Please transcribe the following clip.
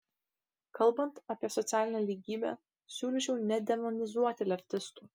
kalbant apie socialinę lygybę siūlyčiau nedemonizuoti leftistų